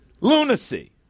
lunacy